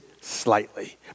slightly